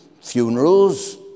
funerals